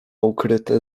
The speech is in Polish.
ukryte